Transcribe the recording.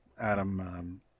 adam